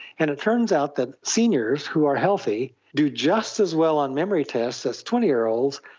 and it turns out that seniors who are healthy do just as well on memory tests as twenty year olds,